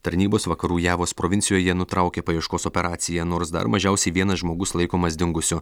tarnybos vakarų javos provincijoje nutraukė paieškos operaciją nors dar mažiausiai vienas žmogus laikomas dingusiu